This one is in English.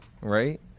right